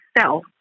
self